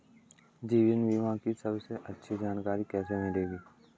जीवन बीमा की सबसे अच्छी जानकारी कैसे मिलेगी?